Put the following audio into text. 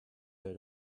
her